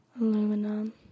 Aluminum